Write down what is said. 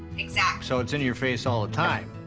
exactly. so it's in your face all the time.